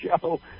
show